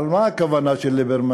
אבל מה הכוונה של ליברמן?